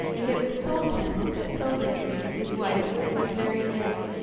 and it was told him that silver-tree, his wife, was very ill.